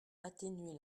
atténuer